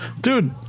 Dude